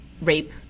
rape